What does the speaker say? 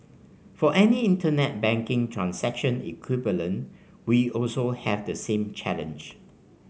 for any internet banking transaction equivalent we also have the same challenge